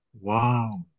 Wow